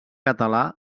català